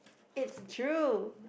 it's true